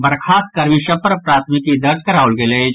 बर्खास्त कर्मी सभ पर प्राथमिकी दर्ज कराओल गेल अछि